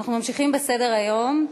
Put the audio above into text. בסדר-היום,